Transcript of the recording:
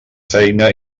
feina